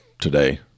today